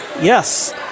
Yes